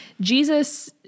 Jesus